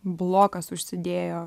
blokas užsidėjo